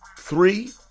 three